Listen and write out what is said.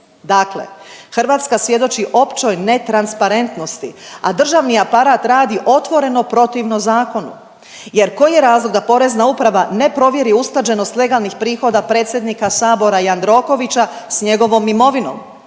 Dakle, Hrvatska svjedoči općoj netransparentnosti, a državni aparat radi otvoreno protivno zakonu jer koji je razlog da Porezna uprava ne provjeri usklađenost legalnih prihoda predsjednika sabora Jandrokovića s njegovom imovinom.